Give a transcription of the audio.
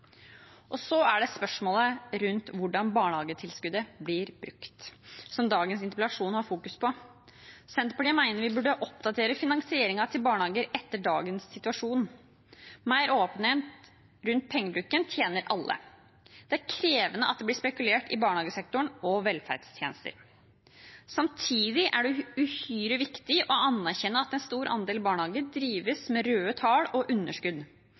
Så til spørsmål rundt hvordan barnehagetilskuddet blir brukt, som dagens interpellasjon har fokus på. Senterpartiet mener vi burde oppdatere finansieringen til barnehager etter dagens situasjon. Mer åpenhet rundt pengebruken tjener alle. Det er krevende at det blir spekulert i barnehagesektoren og velferdstjenester. Samtidig er det uhyre viktig å anerkjenne at en stor andel barnehager drives med røde tall og underskudd.